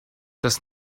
das